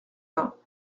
vingts